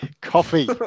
coffee